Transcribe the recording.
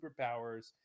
superpowers